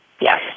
Yes